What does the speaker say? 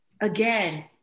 again